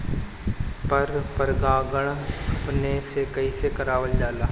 पर परागण अपने से कइसे करावल जाला?